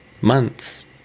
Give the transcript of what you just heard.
months